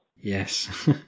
Yes